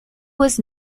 was